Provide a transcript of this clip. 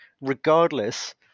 regardless